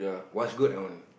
what's good I want